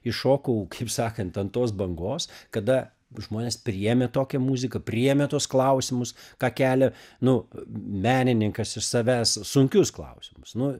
iššokau kaip sakant ant tos bangos kada žmonės priėmė tokią muziką priėmė tuos klausimus ką kelia nu menininkas iš savęs sunkius klausimus nu